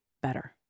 better